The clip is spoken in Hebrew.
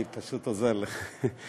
אני פשוט עוזר לך,